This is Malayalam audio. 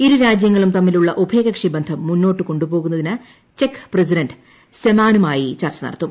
ഇരു രാജ്യങ്ങളും തമ്മിലുള്ള ഉഭയകക്ഷിബിന്ധം മുന്നോട്ടുകൊണ്ടുപോകുന്നതിന് ചെക്ക് പ്രസിഡന്റ് സെമാനുമായി ചർച്ച നടത്തും